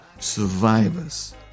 survivors